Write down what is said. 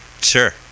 sure